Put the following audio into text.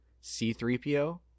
C-3PO